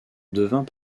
devint